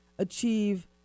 achieve